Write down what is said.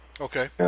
Okay